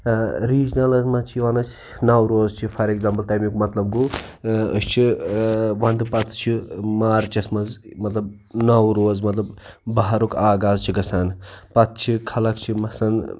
ریٖجنَلَن منٛز چھِ یِوان اَسہِ نوروز چھِ فار ایٚکزامپٕل تَمیُک مطلب گوٚو أسۍ چھِ وَنٛدٕ پَتہٕ چھِ مارچَس منٛز مطلب نوروز مطلب بہارُک آغاز چھِ گژھان پَتہٕ چھِ خلق چھِ مثلاً